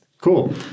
Cool